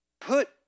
Put